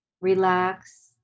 relax